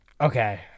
Okay